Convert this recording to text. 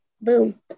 Boom